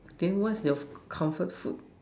then what's your comfort food